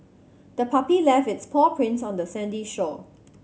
the puppy left its paw prints on the sandy shore